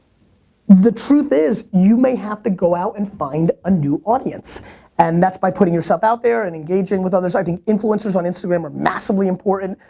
the truth is you may have to go out and find a new audience and that's by putting yourself out there, and engaging with others. i think influences on instagram are massively important,